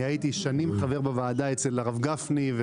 אני הייתי חבר בוועדה שנים אצל הרב גפני.